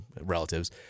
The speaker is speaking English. relatives